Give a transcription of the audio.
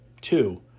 Two